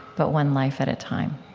but one life at a time.